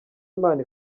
imana